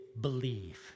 believe